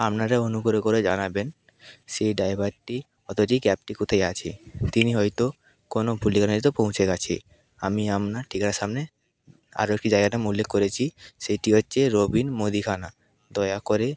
আপনারা অনুগ্রহ করে জানাবেন সেই ড্রাইভারটি ক্যাবটি কোথায় আছে তিনি হয়তো কোনও ভুল ঠিকানায় হয়তো পৌঁছে গেছে আমি আপনার ঠিকানার সামনে আর কী জায়গাটা আমি উল্লেখ করেছি সেটি হচ্ছে রবিন মুদিখানা দয়া করে